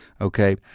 Okay